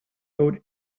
owed